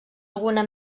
alguna